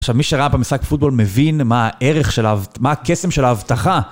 עכשיו, מי שראה פעם משחק פוטבול מבין מה הערך של... מה הקסם של ההבטחה.